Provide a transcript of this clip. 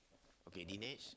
okay Denis